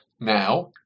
Now